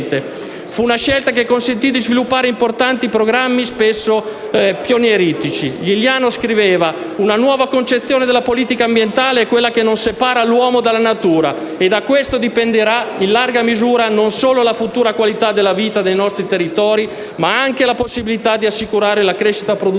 Fu una scelta che consentì di sviluppare importanti programmi, spesso pionieristici. Liliano scriveva: «Una nuova concezione della politica ambientale è quella che non separa l'uomo dalla natura, e da questo dipenderà in larga misura, non solo la futura qualità della vita dei nostri territori, ma anche la possibilità di assicurare la crescita produttiva